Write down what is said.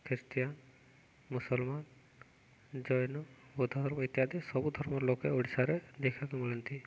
Christian ମୁସଲମାନ ଜୈନ ବୌଦ୍ଧ ଧର୍ମ ଇତ୍ୟାଦି ସବୁ ଧର୍ମ ଲୋକେ ଓଡ଼ିଶାରେ ଦେଖିବାକୁ ମିଳନ୍ତି